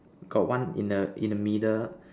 got one in the in the middle